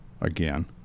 again